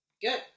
Good